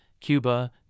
Cuba